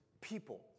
people